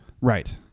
Right